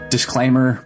Disclaimer